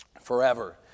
forever